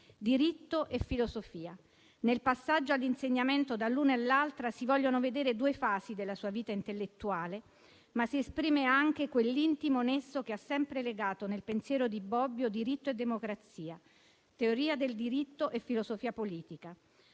Diritto e filosofia: nel passaggio all'insegnamento dall'uno all'altra si vogliono vedere due fasi della sua vita intellettuale, ma si esprime anche quell'intimo nesso che ha sempre legato, nel pensiero di Bobbio, diritto e democrazia, teoria del diritto e filosofia politica.